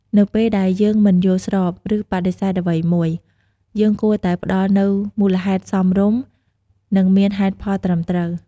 នៅពេលដែលយើងមិនយល់ស្រប ឬបដិសេធអ្វីមួយ យើងគួរតែផ្តល់នូវមូលហេតុសមរម្យ និងមានហេតុផលត្រឹមត្រូវ។